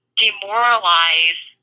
demoralize